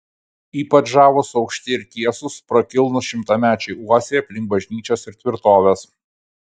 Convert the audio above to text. ypač žavūs aukšti ir tiesūs prakilnūs šimtamečiai uosiai aplink bažnyčias ir tvirtoves